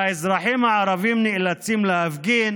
והאזרחים הערבים נאלצים להפגין